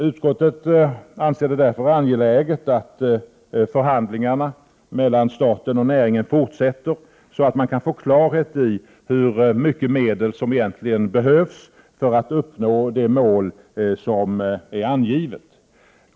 Utskottet anser det därför vara angeläget att förhandlingarna mellan staten och näringen fortsätter, så att man kan få klarhet i hur mycket pengar som behövs för att uppnå det angivna målet.